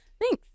Thanks